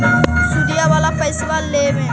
सुदिया वाला पैसबा लेबे में कोची कोची लगहय?